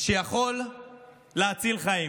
שיכול להציל חיים.